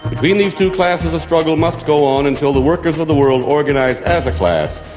between these two classes a struggle must go on until the workers of the world organise as a class,